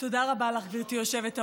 תודה רב, לך, גברתי היושבת-ראש.